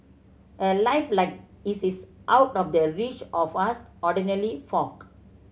a life like his is out of the reach of us ordinary folk